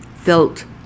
Felt